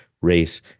Race